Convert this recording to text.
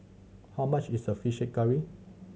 how much is a fish curry